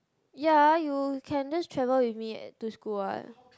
ya you can just travel with me to school what